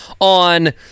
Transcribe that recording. on